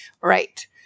Right